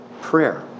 prayer